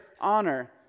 honor